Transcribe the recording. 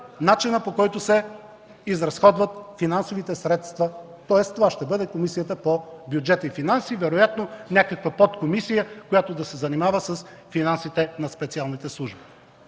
начина, по който се изразходват финансовите средства. Тоест това ще бъде Комисията по бюджет и финанси и вероятно някаква подкомисия, която да се занимава с финанси на специалните служби.